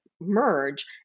merge